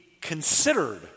considered